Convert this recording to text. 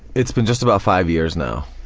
it's been just about five years now,